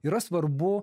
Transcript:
yra svarbu